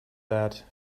that